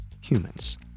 humans